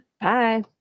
Bye